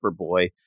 Superboy